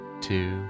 two